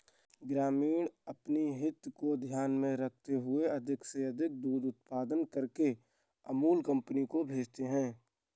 ग्रामीण अपनी हित को ध्यान में रखते हुए अधिक से अधिक दूध उत्पादन करके अमूल कंपनी को भेजते हैं